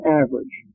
average